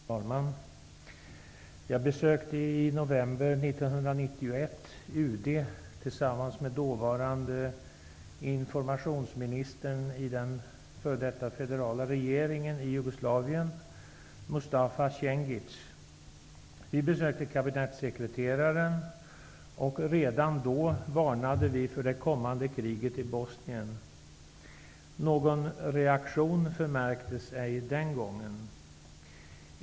Fru talman! Jag besökte i november 1991 UD Mustafa Cengic. Vi besökte kabinettssekreteraren, och redan då varnade vi för det kommande kriget i Bosnien. Någon reaktion förmärktes ej den gången.